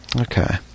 Okay